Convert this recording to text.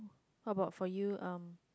how about for you um